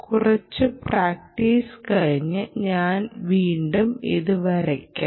കുറച്ച് പ്രാക്ടീസ് കഴിഞ്ഞ് ഞാൻ വീണ്ടും ഇത് വരയ്ക്കാം